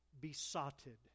besotted